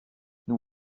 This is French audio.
nous